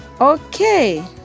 Okay